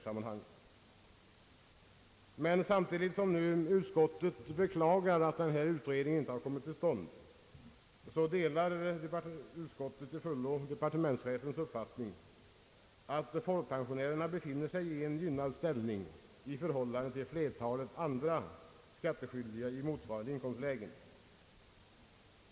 Samtidigt som utskottet beklagar att denna utredning inte kommit till stånd, delar utskottet till fullo departementschefens uppfattning, att folkpensionärerna befinner sig i en gynnad ställning i förhållande till flertalet andra skattskyldiga i motsvarande inkomstläge.